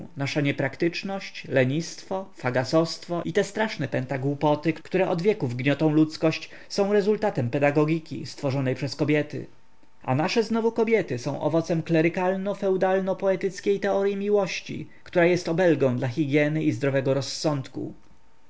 nasza niepraktyczność lenistwo fagasowstwo i te straszne pęta głupoty które od wieków gniotą ludzkość są rezultatem pedagogiki stworzonej przez kobiety a nasze znowu kobiety są owocem klerykalno-feodalno-poetyckiej teoryi miłości która jest obelgą dla hygieny i zdrowego rozsądku